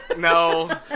No